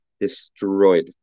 destroyed